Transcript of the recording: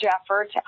effort